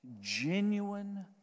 genuine